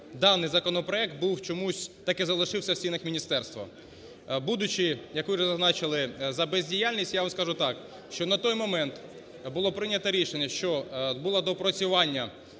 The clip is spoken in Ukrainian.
даний законопроект був, чомусь так і залишився в стінах міністерства. Будучи, як ви вже зазначили, за бездіяльність, я вам скажу так, що на той момент було прийняте рішення, що було доопрацювання